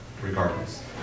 regardless